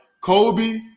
Kobe